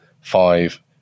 five